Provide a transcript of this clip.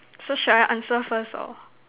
so shall I answer first or